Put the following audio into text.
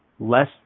Less